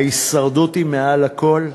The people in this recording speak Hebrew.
ההישרדות היא מעל הכול?